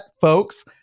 folks